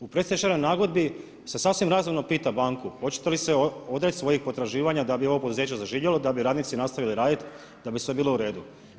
U predstečajnoj nagodbi se sasvim razumno pita banku hoćete li se odreći svojih potraživanja da bi ovo poduzeće zaživjelo, da bi radnici nastavili raditi da bi sve bilo u redu.